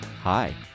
hi